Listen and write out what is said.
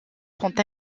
sont